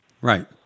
Right